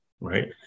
right